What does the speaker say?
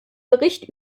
bericht